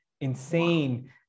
insane